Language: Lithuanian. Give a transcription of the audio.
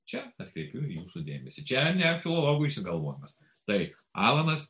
čia atkreipiu jūsų dėmesįčia ne filologų išsigalvojimas tai alanas